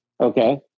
Okay